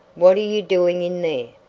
what are you doing in there?